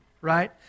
right